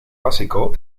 básico